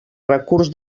recurs